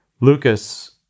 Lucas